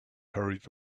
hurried